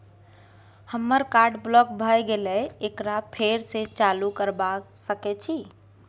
हमर card block भ गेले एकरा फेर स चालू करबा सके छि?